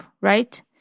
right